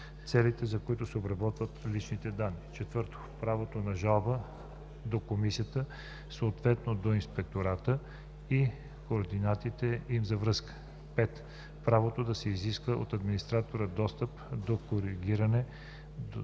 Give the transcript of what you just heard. целите, за които се обработват личните данни; 4. правото на жалба до комисията, съответно до инспектората, и координатите им за връзка; 5. правото да се изиска от администратора достъп до коригиране,